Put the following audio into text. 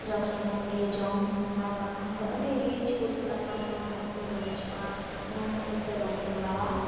ᱡᱚᱢ ᱥᱩᱢᱩᱝ ᱜᱮ ᱡᱚᱢ ᱟᱨ ᱵᱟᱝᱠᱷᱟᱱ ᱫᱚ ᱟᱹᱰᱤ ᱨᱤᱪ ᱩᱛᱩ ᱫᱟᱠᱟ ᱫᱚ ᱞᱟᱡᱽ ᱠᱚ ᱵᱟᱹᱲᱤᱡᱚᱜᱼᱟ ᱚᱱᱟ ᱠᱷᱟᱹᱛᱤᱨ ᱛᱮ ᱵᱟᱞᱮ ᱠᱚᱲᱟᱣᱟ